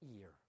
ear